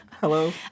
Hello